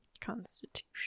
constitution